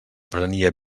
prenia